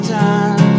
time